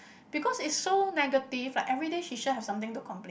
because is so negative like everyday she sure have something to complain